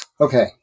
Okay